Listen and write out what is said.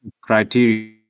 criteria